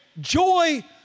joy